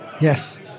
Yes